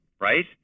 right